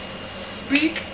speak